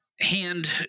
hand